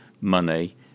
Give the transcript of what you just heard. money